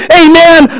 amen